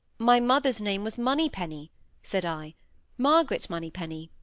my mother's name was moneypenny said i margaret moneypenny